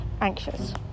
anxious